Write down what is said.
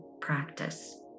practice